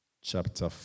chapter